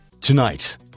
Tonight